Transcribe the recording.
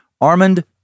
Armand